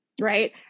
right